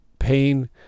Pain